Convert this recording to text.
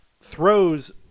throws